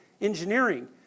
engineering